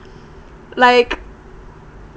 like